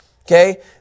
Okay